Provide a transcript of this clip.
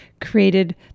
created